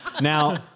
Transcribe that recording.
Now